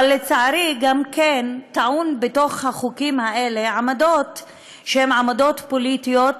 אבל לצערי גם טעונות בתוך החוקים האלה עמדות שהן עמדות פוליטיות,